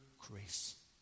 grace